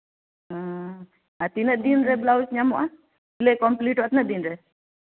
ᱚᱻ ᱟᱨ ᱛᱤᱱᱟᱹᱜ ᱫᱤᱱ ᱨᱮ ᱵᱞᱟᱣᱩᱡ ᱧᱟᱢᱚᱜᱼᱟ ᱥᱤᱞᱟᱹᱭ ᱠᱳᱢᱯᱞᱤᱴᱚᱜᱼᱟ ᱛᱤᱱᱟᱹᱜ ᱫᱤᱱ ᱨᱮ